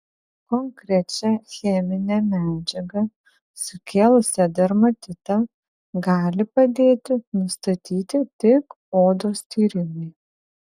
konkrečią cheminę medžiagą sukėlusią dermatitą gali padėti nustatyti tik odos tyrimai